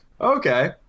okay